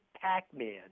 Pac-Man